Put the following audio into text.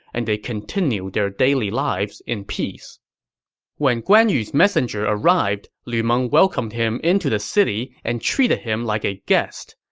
and they continued their daily lives in peace when guan yu's messenger arrived, lu meng welcomed him into the city and treated him like a guest.